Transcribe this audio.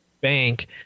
bank